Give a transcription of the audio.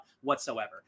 whatsoever